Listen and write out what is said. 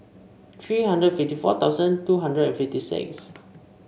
three hundred fifty four thousand two hundred and fifty six